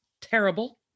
terrible